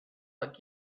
what